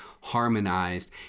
harmonized